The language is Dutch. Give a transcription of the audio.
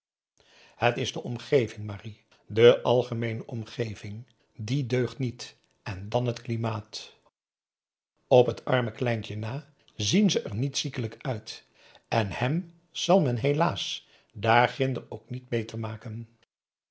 het is de omgeving marie de algemeene omgeving die deugt niet en dan het klimaat op t arme kleintje na zien ze er niet ziekelijk uit en hem zal men helaas daar ginder ook niet beter maken